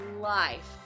life